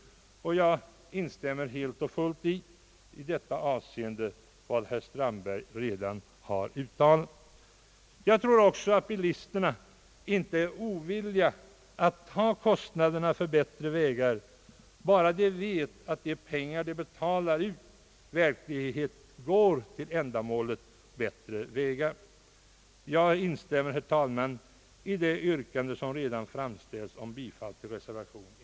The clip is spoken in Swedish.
I detta avseende instämmer jag i vad herr Strandberg redan uttalat. Jag tror att bilisterna inte är ovilliga att ta kostnaderna för bättre vägar, om de vet att pengarna verkligen går till det ändamålet. Jag instämmer, herr talman, i det yrkande, som redan framställts om bifall till reservation d.